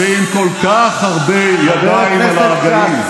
בלי יעד ועם כל כך הרבה ידיים על ההגאים.